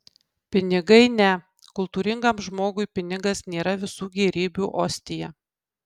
pinigai ne kultūringam žmogui pinigas nėra visų gėrybių ostija